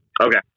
Okay